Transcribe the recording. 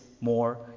more